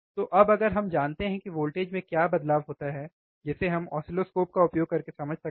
तो अब अगर हम जानते हैं कि वोल्टेज में क्या बदलाव होता है जिसे हम ऑसिलोस्कोप का उपयोग करके समझ सकते हैं